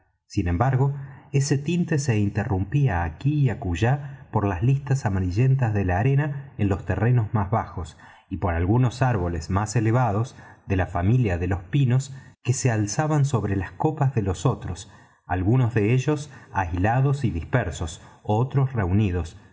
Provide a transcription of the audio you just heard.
sin embargo ese tinte se interrumpía aquí y acullá por las listas amarillentas de la arena en los terrenos más bajos y por algunos árboles más elevados de la familia de los pinos que se alzaban sobre las copas de los otros algunos de ellos aislados y dispersos otros reunidos